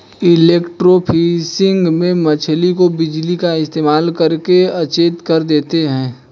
electrofishing में मछली को बिजली का इस्तेमाल करके अचेत कर देते हैं